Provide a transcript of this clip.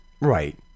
Right